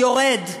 יורד.